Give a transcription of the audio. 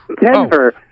Denver